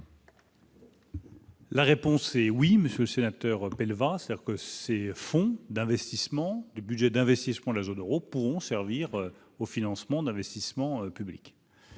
La réponse est oui, monsieur le sénateur, le 20, c'est-à-dire que ces fonds d'investissement, le budget d'investissement de la zone Euro pourront servir au financement d'investissements publics.